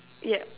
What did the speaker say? yup